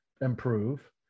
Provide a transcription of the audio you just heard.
improve